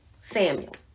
Samuel